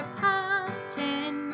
pumpkin